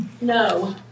No